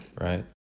Right